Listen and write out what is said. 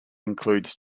includes